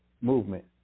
movement